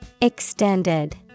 Extended